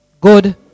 Good